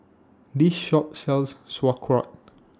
This Shop sells Sauerkraut